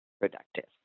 productive